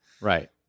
Right